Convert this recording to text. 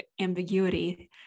ambiguity